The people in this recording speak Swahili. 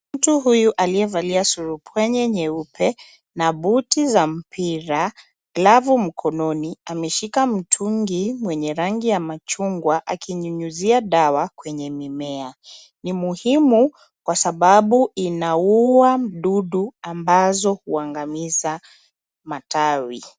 Mtu huyu aliyevalia surupwenye nyeupe na buti za mpira glavu mkononi ameshika mtungi wenye rangi ya machungwa akinyunyizia dawa kwenye mimea. Ni muhimu kwa sababu inaua mdudu ambazo huangamiza matawi.